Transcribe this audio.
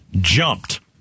jumped